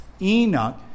Enoch